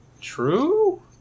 True